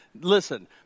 listen